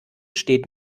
steht